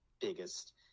biggest